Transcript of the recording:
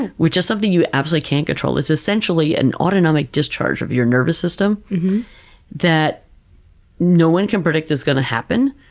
and which is something absolutely can't control. it's essentially an autonomic discharge of your nervous system that no one can predict is going to happen,